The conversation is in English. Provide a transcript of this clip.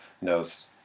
knows